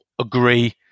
agree